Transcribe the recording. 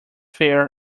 fair